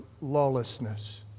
lawlessness